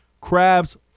crabs